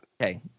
Okay